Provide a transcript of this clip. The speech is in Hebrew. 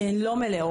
שהן לא מלאות.